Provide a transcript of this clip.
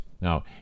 now